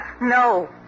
No